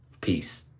Peace